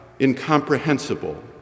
incomprehensible